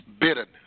bitterness